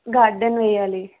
garden వెయ్యాలి